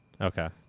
Okay